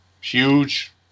huge